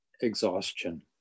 exhaustion